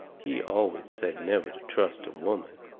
he always said never to trust a woman!